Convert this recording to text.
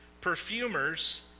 perfumers